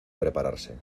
prepararse